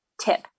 tip